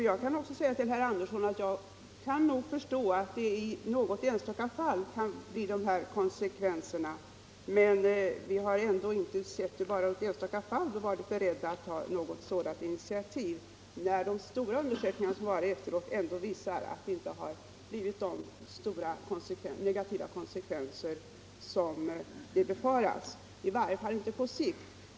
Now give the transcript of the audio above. Jag vill säga till herr Andersson i Örebro att jag förstår att det i något enstaka fall kan bli de konsekvenser som herr Andersson nämnde, men vi har inte varit beredda att i enstaka fall ta något initiativ, när de stora undersökningarna ändå visat att det i varje fall inte på sikt blivit så stora negativa konsekvenser som man från början befarade.